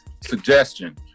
Suggestion